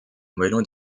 moellons